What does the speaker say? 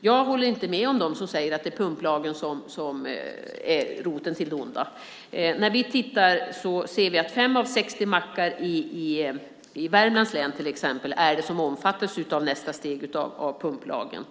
jag inte håller med dem som säger att det är pumplagen som är roten till det onda. När vi tittar ser vi att det är 5 av 60 mackar i Värmlands län till exempel som omfattas av nästa steg i pumplagen.